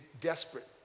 desperate